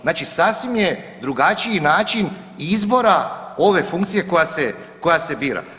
Znači, sasvim je drugačiji način izbora ove funkcije koja se bira.